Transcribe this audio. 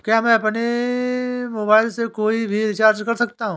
क्या मैं अपने मोबाइल से कोई भी रिचार्ज कर सकता हूँ?